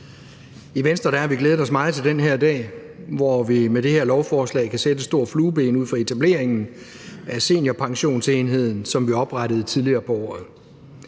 I Venstre har vi glædet os meget til den her dag, hvor vi med det her lovforslag kan sætte et stort flueben ud for etableringen af Seniorpensionsenheden, som vi oprettede tidligere på året.